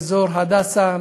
לאזור "הדסה",